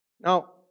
Now